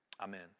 Amen